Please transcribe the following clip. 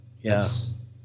Yes